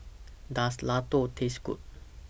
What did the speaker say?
Does Ladoo Taste Good